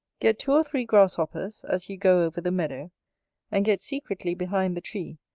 get two or three grasshoppers, as you go over the meadow and get secretly behind the tree,